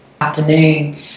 afternoon